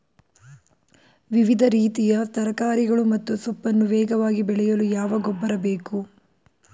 ವಿವಿಧ ರೀತಿಯ ತರಕಾರಿಗಳು ಮತ್ತು ಸೊಪ್ಪನ್ನು ವೇಗವಾಗಿ ಬೆಳೆಯಲು ಯಾವ ಗೊಬ್ಬರ ಬೇಕು?